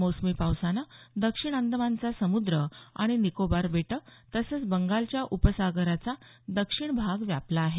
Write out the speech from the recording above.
मोसमी पावसानं दक्षिण अंदमानचा समुद्र आणि निकोबार बेटं तसंच बंगालच्या उपसागराचा दक्षिण भाग व्यापला आहे